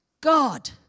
God